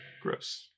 gross